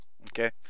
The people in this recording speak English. okay